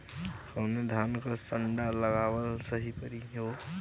कवने धान क संन्डा लगावल सही परी हो?